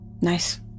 Nice